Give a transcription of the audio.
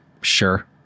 Sure